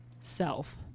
self